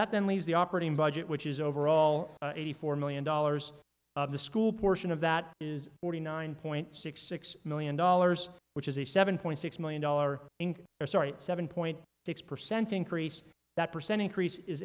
that then leaves the operating budget which is overall eighty four million dollars of the school portion of that is forty nine point six six million dollars which is a seven point six million dollar inc i'm sorry seven point six percent increase that percent increase is